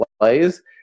plays